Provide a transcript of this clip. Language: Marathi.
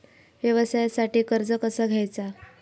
व्यवसायासाठी कर्ज कसा घ्यायचा?